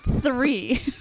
three